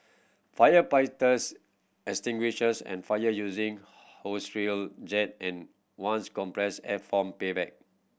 firefighters extinguishes the fire using hose reel jet and ones compressed air foam backpack